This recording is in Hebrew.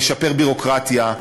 לשפר ביורוקרטיה,